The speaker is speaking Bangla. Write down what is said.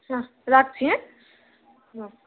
হ্যাঁ রাখছি হ্যাঁ